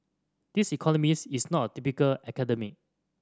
this economist is not a typical academic